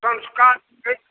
संस्कार नहि